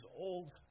old